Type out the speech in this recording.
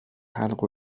حلق